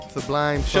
Sublime